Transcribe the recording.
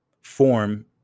form